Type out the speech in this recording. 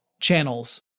channels